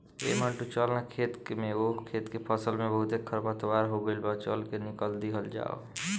ऐ मंटू चल ना खेत में ओह खेत के फसल में बहुते खरपतवार हो गइल बा, चल के निकल दिहल जाव